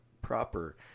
proper